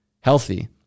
healthy